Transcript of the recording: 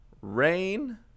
Rain